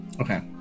Okay